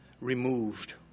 removed